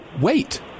wait